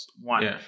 one